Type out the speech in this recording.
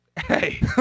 Hey